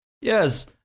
Yes